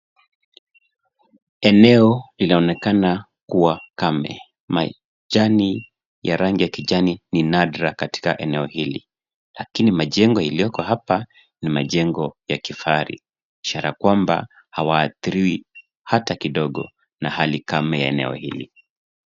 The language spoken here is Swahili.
Eneo linaonekana kuwa kame. Majani ya rangi ya kijani ni nadra katika eneo hili lakini majengo iliyoko hapa ni majengo ya kifahari, ishara kwamba hawaadhiriwi hata kidogo na hali kame ya eneo hili.